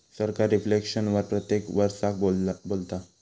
सरकार रिफ्लेक्शन वर प्रत्येक वरसाक बोलता